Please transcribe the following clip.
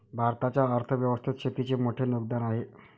भारताच्या अर्थ व्यवस्थेत शेतीचे मोठे योगदान आहे